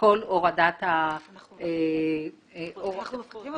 לשקול הורדת --- אנחנו מפחיתים.